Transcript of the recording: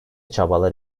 çabalar